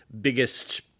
biggest